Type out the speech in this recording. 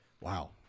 Wow